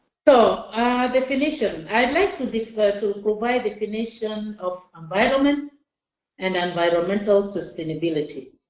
so ah definition. i'd like to prefer to provide definition of environment and environmental sustainability.